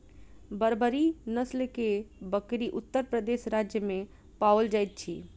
बर्बरी नस्ल के बकरी उत्तर प्रदेश राज्य में पाओल जाइत अछि